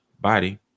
body